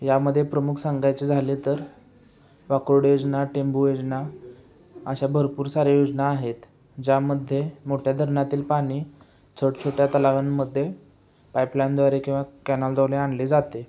यामधे प्रमुख सांगायचे झाले तर पकोड योजना टेंबू योजना अशा भरपूर साऱ्या योजना आहेत ज्यामध्ये मोठ्या धरणातील पाणी छोट्या छोट्या तलावांमध्ये पाईपलाईनद्वारे किंवा कॅनॉलद्वारे आणले जाते